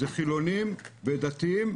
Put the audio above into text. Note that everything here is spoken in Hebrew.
זה חילוניים ודתיים,